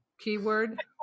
Keyword